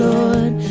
Lord